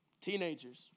Teenagers